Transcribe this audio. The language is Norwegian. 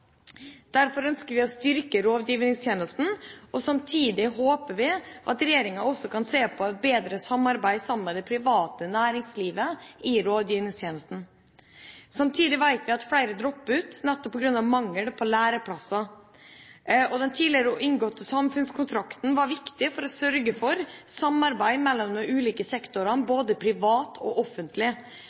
Derfor ønsker vi å styrke rådgivningstjenesten, og samtidig håper vi at regjeringa også kan se på et bedre samarbeid med det private næringslivet i rådgivningstjenesten. Samtidig vet vi at flere dropper ut på grunn av mangel på læreplasser. Den tidligere inngåtte samfunnskontrakten var viktig for å sørge for samarbeid mellom de ulike sektorene, både privat og offentlig.